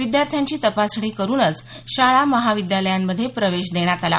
विद्यार्थ्यांची तपासणी करूनच शाळा महाविद्यालयांमध्ये प्रवेश देण्यात आला